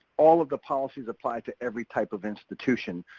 all of the policies apply to every type of institution.